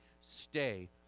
Stay